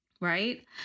right